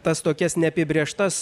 tas tokias neapibrėžtas